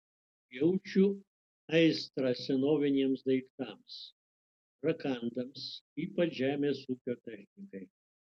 jaučiu aistrą senoviniams daiktams rakandams ypač žemės ūkio technikai